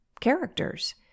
characters